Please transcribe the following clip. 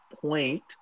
point